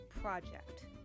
Project